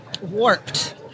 warped